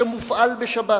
שמופעל בשבת,